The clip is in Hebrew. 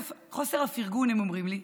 חוסר הפרגון, הן אומרות לי,